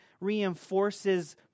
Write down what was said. reinforces